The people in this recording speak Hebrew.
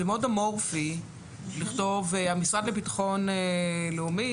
זה מאוד אמורפי לכתוב המשרד לביטחון לאומי